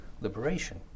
liberation